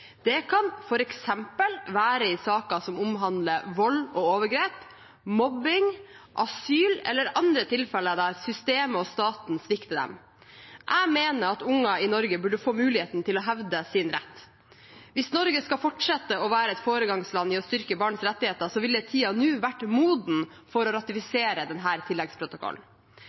Det kan f.eks. være i saker som omhandler vold og overgrep, mobbing, asyl eller andre tilfeller der systemet og staten svikter dem. Jeg mener at unger i Norge burde få muligheten til å hevde sin rett. Hvis Norge skal fortsette å være et foregangsland i å styrke barns rettigheter, så ville tiden nå vært moden for å ratifisere denne tilleggsprotokollen.